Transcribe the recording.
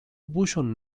buŝon